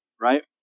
right